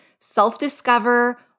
self-discover